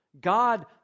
God